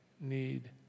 need